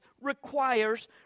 requires